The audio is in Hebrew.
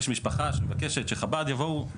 יש משפחה שמבקשת שחב"ד יבואו.